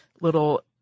little